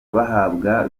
bahabwa